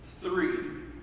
three